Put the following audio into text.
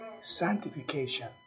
Sanctification